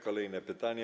Kolejne pytanie.